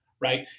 right